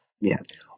Yes